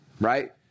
right